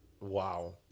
Wow